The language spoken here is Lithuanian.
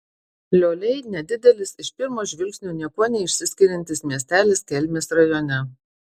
lioliai nedidelis iš pirmo žvilgsnio niekuo neišsiskiriantis miestelis kelmės rajone